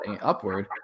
upward